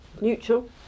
neutral